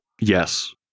Yes